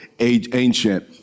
ancient